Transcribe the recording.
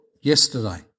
yesterday